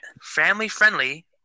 family-friendly